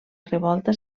revolta